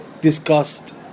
discussed